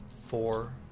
four